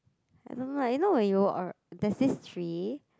I don't know like you know you are there's this tree